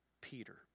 Peter